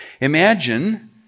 Imagine